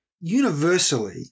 universally